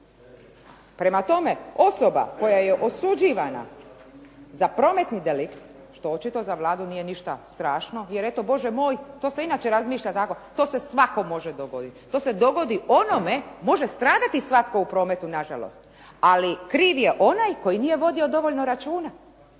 Prema tome, osoba koja je osuđivanja za prometni delikt, što očito za Vladu nije ništa strašno jer eto, Bože moj to se inače razmišlja tako. To se svakome može dogoditi. To se dogodi onome, može stradati svatko u prometu nažalost, ali kriv je onaj koji nije vodio dovoljno računa.